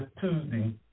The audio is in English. Tuesday